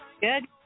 Good